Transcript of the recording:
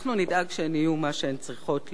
אנחנו נדאג שהן יהיו מה שהן צריכות להיות,